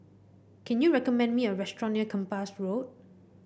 can you recommend me a restaurant near Kempas Road